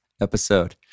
episode